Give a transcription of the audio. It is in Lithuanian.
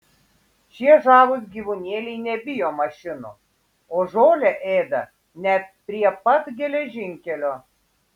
šie žavūs gyvūnėliai nebijo mašinų o žolę ėda net prie pat geležinkelio